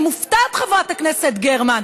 אני מופתעת, חברת הכנסת גרמן.